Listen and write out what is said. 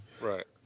right